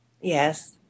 yes